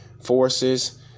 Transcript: forces